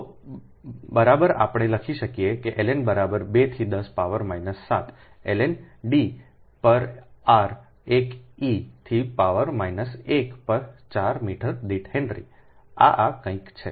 તો બરાબર આપણે લખી શકીએ કે ln બરાબર 2 થી 10 પાવર માઈનસ 7 એલએન d પર r 1 e થી પાવર માઈનસ 1 પર 4 મીટર દીઠ હેનરી આ આ કંઈક છે